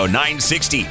960